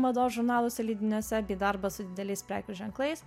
mados žurnaluose leidiniuose bei darbą su dideliais prekių ženklais